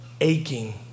aching